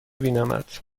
بینمت